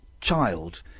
child